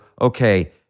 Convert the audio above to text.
okay